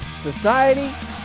society